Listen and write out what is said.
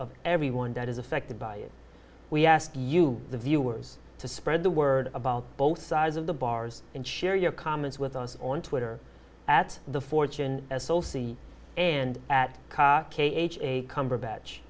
of everyone that is affected by it we asked you the viewers to spread the word about both sides of the bars and share your comments with us on twitter at the fortune associate and at a cumberbatch